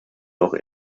doch